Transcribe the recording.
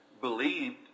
believed